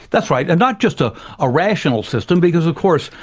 that's right. and not just a ah rational system, because, of course,